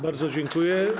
Bardzo dziękuję.